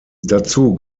dazu